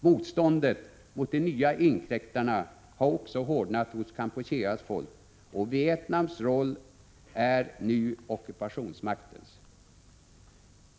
Motståndet mot de nya inkräktarna har hårdnat hos Kampucheas folk, och Vietnams roll är nu ockupationsmaktens.